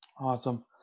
awesome